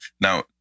Now